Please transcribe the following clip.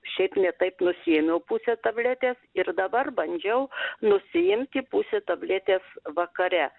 šiaip ne taip nusiėmiau pusę tabletės ir dabar bandžiau nusiimti pusę tabletės vakare